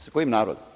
Sa kojim narodom?